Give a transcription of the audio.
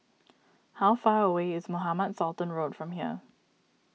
how far away is Mohamed Sultan Road from here